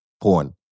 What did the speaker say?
porn